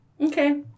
Okay